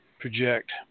project